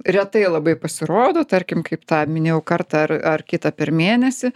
retai labai pasirodo tarkim kaip tą minėjau kartą ar ar kitą per mėnesį